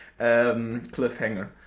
cliffhanger